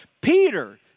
Peter